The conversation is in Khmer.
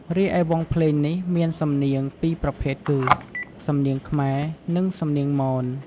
រីឯវង់ភ្លេងនេះមានសំនៀងពីរប្រភេទគឺ សំនៀងខ្មែរ និងសំនៀងមន។